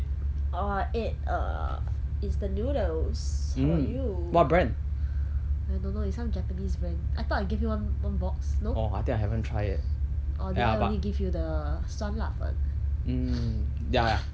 oh I ate err instant noodles how about you I don't know it's some japanese brand I thought I gave you one one box no or did I only give you the 酸辣粉